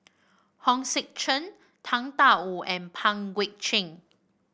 Hong Sek Chern Tang Da Wu and Pang Guek Cheng